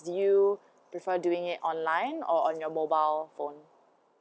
do you prefer doing it online or on your mobile phone